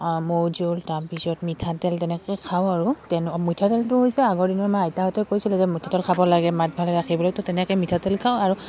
মৌজোল তাৰপিছত মিঠাতেল তেনেকৈ খাওঁ আৰু মিঠাতেলটো হৈছে আগৰ দিনৰ আমাৰ আইতাহঁতে কৈছিলে যে মিঠাতেল খাব লাগে মাত ভালে ৰাখিবলৈ তো তেনেকৈ মিঠাতেল খাওঁ আৰু